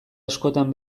askotan